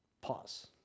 pause